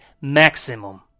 maximum